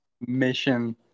Mission